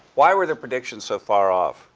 why were the predictions so far off?